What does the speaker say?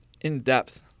in-depth